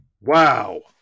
Wow